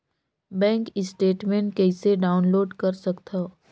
Bank statement कइसे download कर सकथव?